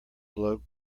bloke